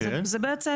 זה בעצם,